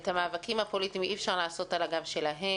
את המאבקים הפוליטיים אי אפשר לעשות על הגב שלהם